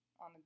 on